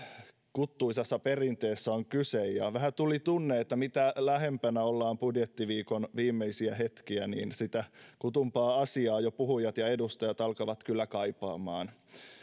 kuttuisassa perinteessä on kyse ja vähän tuli tunne että mitä lähempänä ollaan budjettiviikon viimeisiä hetkiä sitä kutumpaa asiaa jo puhujat ja edustajat alkavat kyllä kaipaamaan